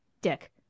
Dick